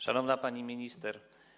Szanowna Pani Minister!